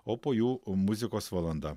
o po jų muzikos valanda